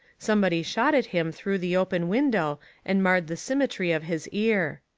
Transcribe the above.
somebody shot at him through the open window and marred the symmetry of his ear.